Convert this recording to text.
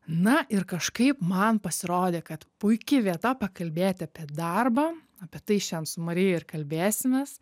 na ir kažkaip man pasirodė kad puiki vieta pakalbėti apie darbą apie tai šiandien su marija ir kalbėsimės